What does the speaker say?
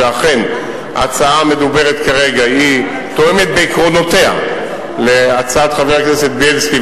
שאכן ההצעה המדוברת כרגע תואמת בעקרונותיה את הצעת חבר הכנסת בילסקי,